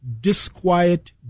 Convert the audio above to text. disquiet